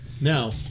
Now